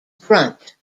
grunt